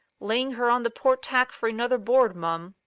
laying her on the port tack for another board mum.